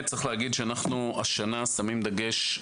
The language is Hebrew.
השנה אנחנו שמים דגש.